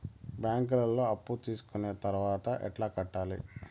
బ్యాంకులో అప్పు తీసుకొని తర్వాత ఎట్లా కట్టాలి?